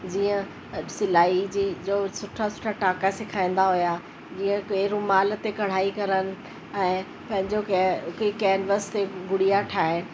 जीअं सिलाई जी जो सुठा सुठा टाका सेखारींदा हुआ जीअं कि रुमाल ते कढ़ाई करण ऐं पंहिंजो के केनवस ते गुड़िया ठाहे